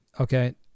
Okay